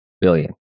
billion